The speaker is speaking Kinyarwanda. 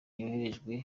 yoherejwe